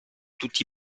tutti